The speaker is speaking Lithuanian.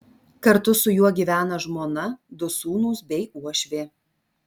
kartu su juo gyvena žmona du sūnūs bei uošvė